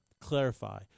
clarify